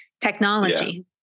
technology